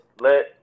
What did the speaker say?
let